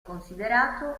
considerato